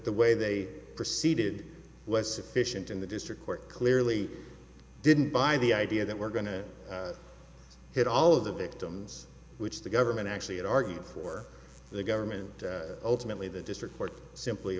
the way they proceeded was sufficient in the district court clearly didn't buy the idea that we're going to hit all of the victims which the government actually had argued for the government ultimately the district court simply